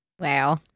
Wow